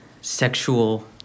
sexual